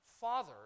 Father